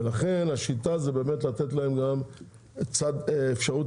ולכן השיטה זה באמת לתת להם גם קצת אפשרות